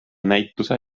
näituse